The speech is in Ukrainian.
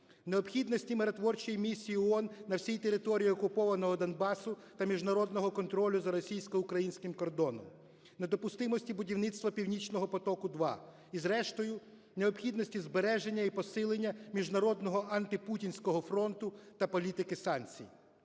необхідності миротворчої місії ООН на всій території окупованого Донбасу та міжнародного контролю за російсько-українським кордоном; недопустимості будівництва "Північного потоку-2" і, зрештою, необхідності збереження і посилення міжнародного антипутінського фронту та політики санкцій.